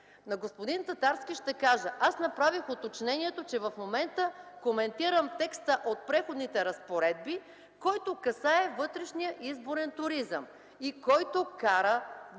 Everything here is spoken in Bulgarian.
На господин Татарски ще кажа: аз направих уточнението, че в момента коментирам текста от Преходните разпоредби, който касае вътрешния изборен туризъм и който кара 80